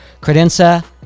credenza